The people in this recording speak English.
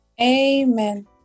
Amen